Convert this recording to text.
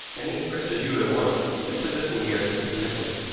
and he impresses you at once as possessing the artistic temperament.